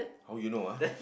how you know ah